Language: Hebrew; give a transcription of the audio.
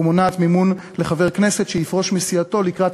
ומונעת מימון לחבר כנסת שיפרוש מסיעתו לקראת